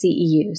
CEUs